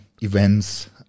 events